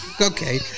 Okay